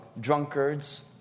drunkards